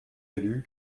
élus